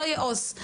אז לא יהיה עו״ס.